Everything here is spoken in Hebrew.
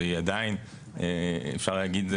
שהיא עדיין אפשר להגיד,